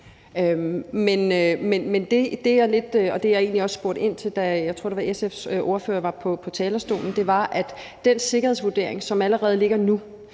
jeg egentlig også spurgte ind til, da SF's ordfører, tror jeg det var, var på talerstolen, var den sikkerhedsvurdering, som allerede ligger nu,